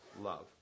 love